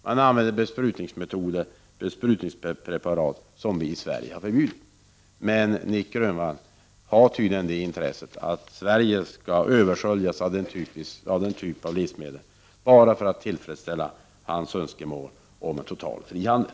Man använder besprutningsmetoder och preparat som vi i Sverige inte tillåter. Nic Grönvall är tydligen intresserad av att Sverige skall översköljas av den typen av livsmedel bara för att förverkliga hans önskemål om en fri livsmedelshandel.